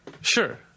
Sure